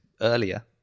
earlier